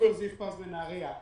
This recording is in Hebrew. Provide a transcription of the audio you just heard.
ד"ר זיו פז מנהריה.